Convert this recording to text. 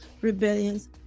rebellions